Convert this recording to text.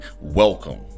welcome